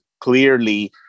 clearly